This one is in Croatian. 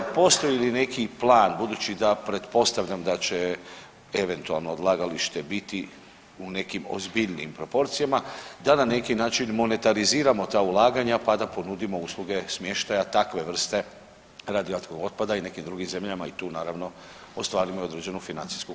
Postoji li neki plan budući da pretpostavljam da će eventualno odlagalište biti u nekim ozbiljnijim proporcijama da na neki način monetariziramo ta ulaganja pa da ponudimo usluge smještaja takve vrste radioaktivnog otpada i nekim drugim zemljama i tu naravno ostvarimo i određenu financijsku korist.